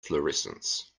fluorescence